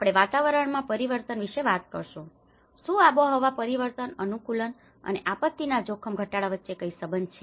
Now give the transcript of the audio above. આપણે વાતાવરણમાં પરિવર્તન વિશે વાત કરીશું શું આબોહવા પરિવર્તન અનુકૂલન અને આપત્તિના જોખમ ઘટાડા વચ્ચે કોઈ સંબંધ છે